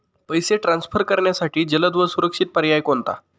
पैसे ट्रान्सफर करण्यासाठी जलद व सुरक्षित पर्याय कोणता?